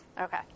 Okay